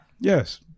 Yes